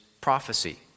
prophecy